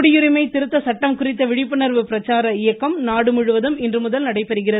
குடியுரிமை திருத்த சட்டம் குறித்த விழிப்புணர்வு பிரச்சார இயக்கம் நாடு முழுவதும் இன்றுமுதல் நடைபெறுகிறது